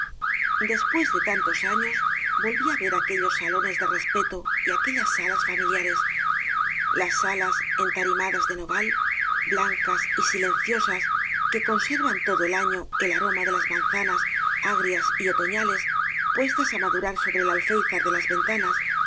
después de tantos años volví á ver aque llos salones de respeto y aquellas salas fami liares las salas entarimadas de nogal blancas y silenciosas que conservan todo el año el aroma de las manzanas agrias y oto ñales puestas á madurar sobre el alféizar de las ventanas